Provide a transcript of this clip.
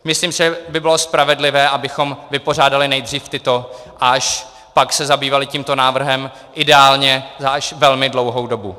Myslím, že by bylo spravedlivé, abychom vypořádali nejdřív tyto a až pak se zabývali tímto návrhem, ideálně až za velmi dlouhou dobu.